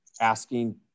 asking